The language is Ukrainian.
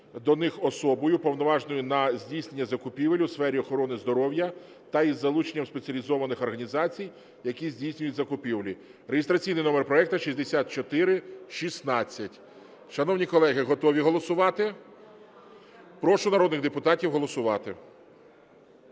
до них особою, уповноваженою на здійснення закупівель у сфері охорони здоров'я, та із залученням спеціалізованих організацій, які здійснюють закупівлі (реєстраційний номер проекту 6416). Шановні колеги, готові голосувати? Прошу народних депутатів голосувати.